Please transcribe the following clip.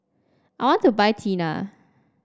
I want to buy Tena